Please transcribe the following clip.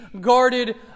guarded